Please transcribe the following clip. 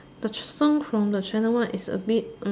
the song from the China one is a bit